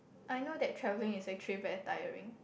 I know that travelling is actually very tiring